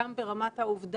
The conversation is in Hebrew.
גם ברמת האובדן.